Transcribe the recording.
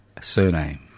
surname